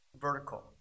vertical